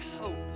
hope